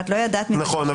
אני לא יודעת --- נכון,